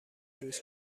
روز